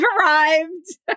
arrived